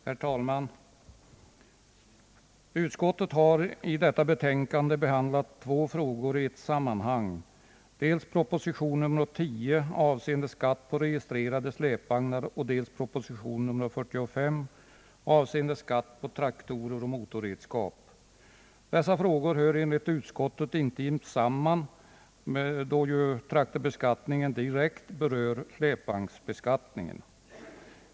Herr talman! Utskottet har i detta betänkande behandlat två frågor i ett sam manhang, dels proposition nr 10 avseende skatt på registrerade släpvagnar, dels proposition nr 45 avseende skatt på traktorer och motorredskap. Dessa frågor hör enligt utskottet intimt samman, då ju traktorbeskattningen direkt berör släpvagnsbeskattningen.